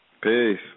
peace